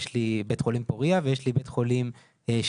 יש לי את בית חולים פוריה ויש לי את בית החולים שיבא.